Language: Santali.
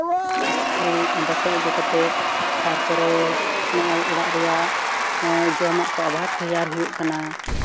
ᱤᱥᱠᱩᱞ ᱚᱱᱰᱮ ᱠᱷᱚᱱ ᱟᱹᱜᱩ ᱠᱟᱛᱮᱫ ᱛᱟᱨᱯᱚᱨᱮ ᱚᱸᱰᱮ ᱠᱷᱚᱱ ᱟᱹᱜᱩ ᱠᱟᱛᱮᱫ ᱱᱚᱜᱼᱚᱭ ᱚᱲᱟᱜ ᱨᱮᱭᱟᱜ ᱡᱚᱢᱟᱜ ᱠᱚ ᱟᱵᱟᱨ ᱛᱮᱭᱟᱨ ᱦᱩᱭᱩᱜ ᱠᱟᱱᱟ